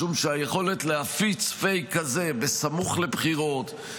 משום שהיכולת להפיץ פייק כזה סמוך לבחירות,